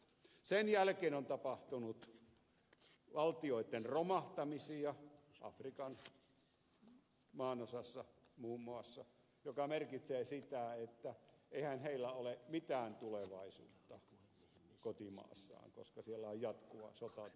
sen jälkeen on tapahtunut valtioitten romahtamisia afrikan maanosassa muun muassa mikä merkitsee sitä että eihän heillä ole mitään tulevaisuutta kotimaassaan koska siellä on jatkuva sotatila